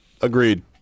Agreed